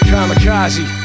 Kamikaze